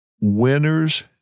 Winners